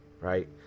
Right